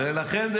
ולכן,